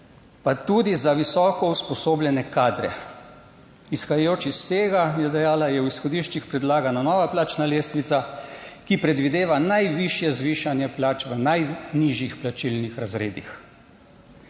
pa tudi za visoko usposobljene kadre. Izhajajoč iz tega, je dejala, je v izhodiščih predlagana nova plačna lestvica, ki predvideva najvišje zvišanje plač v najnižjih plačilnih razredih,